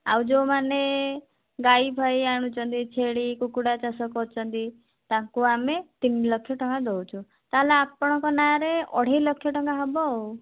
ଆଉ ଯେଉଁମାନେ ଗାଈ ଫାଇ ଆଣୁଛନ୍ତି ଛେଳି କୁକୁଡ଼ା ଚାଷ କରୁଛନ୍ତି ତାଙ୍କୁ ଆମେ ତିନିଲକ୍ଷ ଟଙ୍କା ଦେଉଛୁ ତାହେଲେ ଆପଣଙ୍କ ନାଁରେ ଅଢ଼େଇଲକ୍ଷ ଟଙ୍କା ହେବ ଆଉ